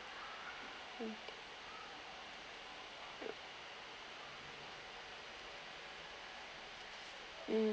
mm mm